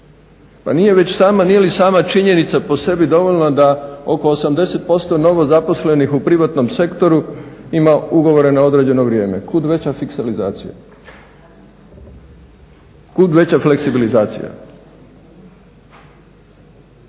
zakonodavstva pa nije li sama činjenica po sebi dovoljno da oko 80% novozaposlenih u privatnom sektoru ima ugovore na određeno vrijeme, kud veća fiskalizacija, kud veća fleksiblizacija?